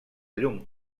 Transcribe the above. llum